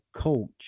coach